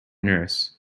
nurse